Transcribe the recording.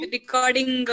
Recording